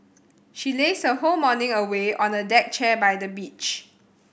she lazed her whole morning away on a deck chair by the beach